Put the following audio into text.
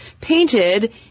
painted